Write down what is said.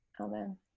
Amen